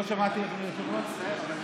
לא שמעתי, אדוני היושב-ראש.